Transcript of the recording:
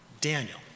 Daniel